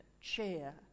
chair